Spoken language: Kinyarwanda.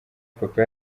papa